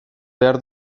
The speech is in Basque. behar